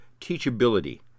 teachability